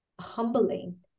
humbling